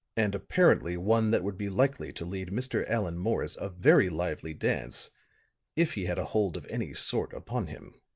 and apparently one that would be likely to lead mr. allan morris a very lively dance if he had a hold of any sort upon him.